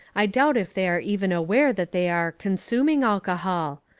i doubt if they are even aware that they are consuming alcohol.